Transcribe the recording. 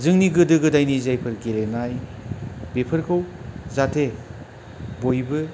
जोंनि गोदो गोदायनि जायफोर गेलेनाय बेफोरखौ जाथे बयबो